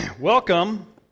Welcome